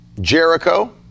Jericho